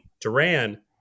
Duran